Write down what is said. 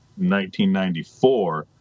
1994